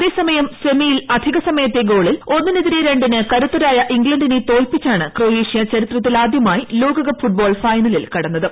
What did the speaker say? അതേസമയം സെമിയിൽ അധികസമയത്തെ ഗോളിൽ ഒന്നിനെതിരെ രണ്ടിന് കരുത്തരായ ഇംഗ്ലണ്ടിനെ തോൽപിച്ചാണ് ക്രൊയേഷ്യ ചരിത്രത്തിലാദ്യമായി ലോകകപ്പ് ഫുട്ബോൾ ഫൈനലിൽ കടന്നത്